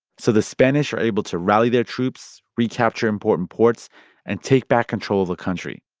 so the spanish are able to rally their troops, recapture important ports and take back control of the country.